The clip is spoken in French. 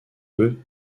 peu